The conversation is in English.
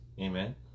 Amen